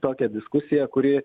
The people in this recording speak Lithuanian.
tokią diskusiją kuri